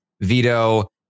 veto